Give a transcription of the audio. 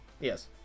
Yes